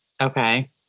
Okay